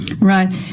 Right